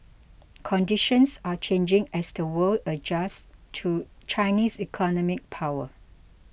conditions are changing as the world adjusts to Chinese economic power